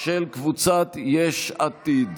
של קבוצת יש עתיד.